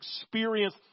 experience